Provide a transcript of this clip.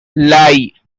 lai